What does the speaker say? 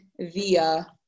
via